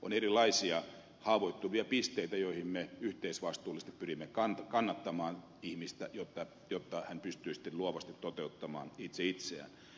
on erilaisia haavoittuvia pisteitä joissa me yhteisvastuullisesti pyrimme kannattamaan ihmistä jotta hän pystyy sitten luovasti toteuttamaan itse itseään